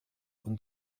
und